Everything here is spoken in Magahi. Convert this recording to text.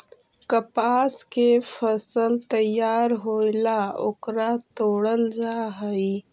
कपास के फसल तैयार होएला ओकरा तोडल जा हई